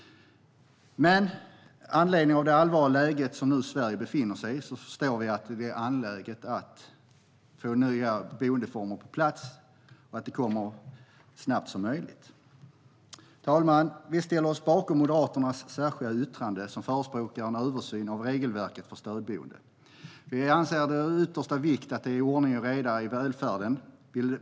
Med anledning av det allvarliga läge som Sverige nu befinner sig i förstår vi att det är angeläget att få nya boendeformer på plats så snabbt som möjligt. Herr talman! Vi ställer oss bakom Moderaternas och vårt särskilda yttrande, där vi förespråkar en översyn av regelverket för stödboenden. Vi anser att det är av yttersta vikt att det är ordning och reda i välfärden.